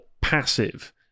passive